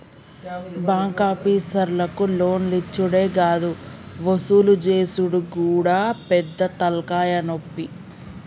బాంకాపీసర్లకు లోన్లిచ్చుడే గాదు వసూలు జేసుడు గూడా పెద్ద తల్కాయనొప్పి